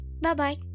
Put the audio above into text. Bye-bye